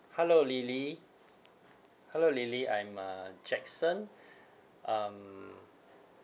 hello lily hello lily I'm uh jackson um